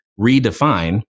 redefine